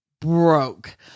broke